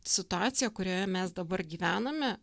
situacija kurioje mes dabar gyvename